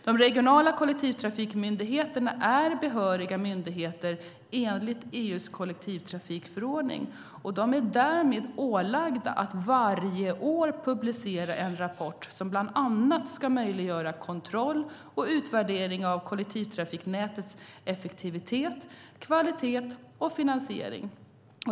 De regionala kollektivtrafikmyndigheterna är behöriga myndigheter enligt EU:s kollektivtrafikförordning och de är därmed ålagda att varje år publicera en rapport som bland annat ska möjliggöra kontroll och utvärdering av kollektivtrafiknätets effektivitet, kvalitet och finansiering.